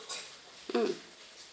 um